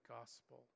gospel